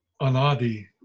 anadi